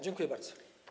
Dziękuję bardzo.